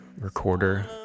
recorder